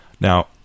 Now